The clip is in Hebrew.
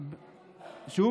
יחד עם המשטרה.